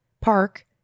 park